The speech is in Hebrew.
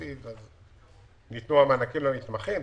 ניתנו מענקים למתמחים.